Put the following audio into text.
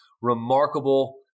remarkable